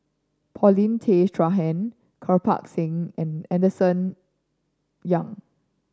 Paulin Tay Straughan Kirpal Singh and Henderson Young